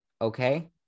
Okay